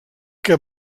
que